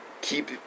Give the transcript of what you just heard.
keep